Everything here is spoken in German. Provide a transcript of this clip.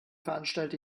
veranstalte